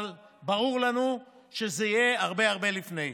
אבל ברור לנו שזה יהיה הרבה הרבה לפני.